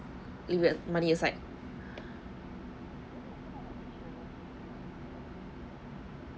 leave uh money aside